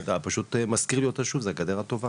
ואתה מזכיר לי אותה שוב, מבחינתם זה גדר טובה